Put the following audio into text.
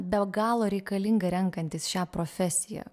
be galo reikalinga renkantis šią profesiją